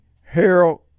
Harold